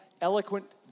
eloquent